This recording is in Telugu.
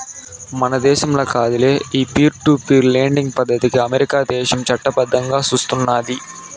మన దేశంల కాదులే, ఈ పీర్ టు పీర్ లెండింగ్ పద్దతికి అమెరికా దేశం చట్టబద్దంగా సూస్తున్నాది